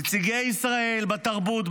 נציגי ישראל בתרבות,